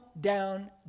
down